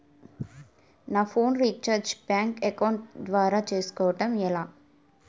నా phone recharge bank account ద్వారా చేసుకోవటం ఎలా?